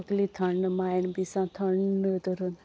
तकली थंड मायंड बी सामकें थंड धरून